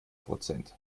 prozent